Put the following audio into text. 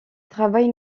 travaille